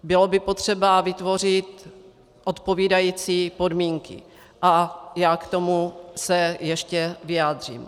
Bylo by potřeba vytvořit odpovídající podmínky a já se k tomu ještě vyjádřím.